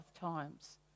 times